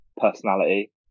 personality